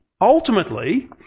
ultimately